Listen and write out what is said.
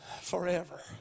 forever